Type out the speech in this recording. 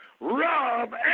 Rob